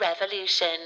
Revolution